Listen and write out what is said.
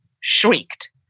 shrieked